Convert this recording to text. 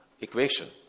equation